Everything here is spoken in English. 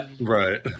Right